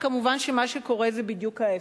שכמובן מה שקורה הוא בדיוק ההיפך: